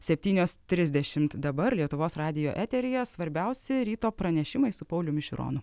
septynios trisdešimt dabar lietuvos radijo eteryje svarbiausi ryto pranešimai su pauliumi šironu